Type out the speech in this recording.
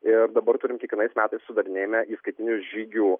ir dabar turim kiekvienais metais sudarinėjame įskaitinių žygių